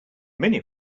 many